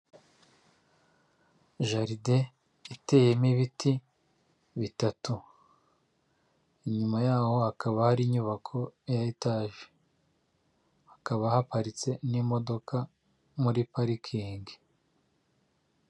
Jaride iteyemo ibiti bitatu, inyuma yaho hakaba hari inyubako ya etaje hakaba haparitse n'imodoka muri parikingi.